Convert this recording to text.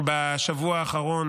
בשבוע האחרון,